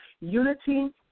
unity